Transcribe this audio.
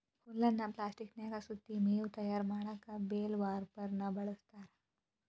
ಹುಲ್ಲನ್ನ ಪ್ಲಾಸ್ಟಿಕನ್ಯಾಗ ಸುತ್ತಿ ಮೇವು ತಯಾರ್ ಮಾಡಕ್ ಬೇಲ್ ವಾರ್ಪೆರ್ನ ಬಳಸ್ತಾರ